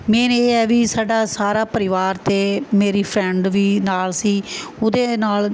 main ਇਹ ਹੈ ਵੀ ਸਾਡਾ ਸਾਰਾ ਪਰਿਵਾਰ ਅਤੇ ਮੇਰੀ ਫ੍ਰੈਂਡ ਵੀ ਨਾਲ਼ ਸੀ ਉਹਦੇ ਨਾਲ਼